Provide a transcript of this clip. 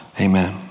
Amen